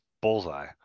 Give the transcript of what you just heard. bullseye